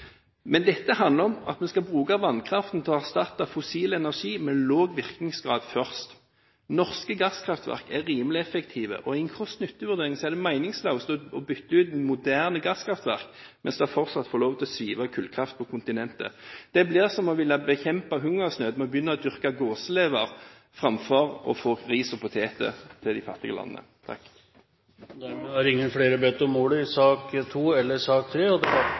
Men dette handler om at vi skal bruke vannkraften til å erstatte fossil energi med lav virkningsgrad først. Norske gasskraftverk er rimelig effektive, og i en kost–nytte-vurdering er det meningsløst å bytte ut moderne gasskraftverk mens det fortsatt får sive ut kullkraft på kontinentet. Det blir som å ville bekjempe hungersnød med å produsere gåselever framfor å dyrke ris og poteter til de fattige landene. Flere har ikke bedt om ordet til sakene nr. 2 og 3. Da går vi til sak nr. 1. Etter ønske fra energi- og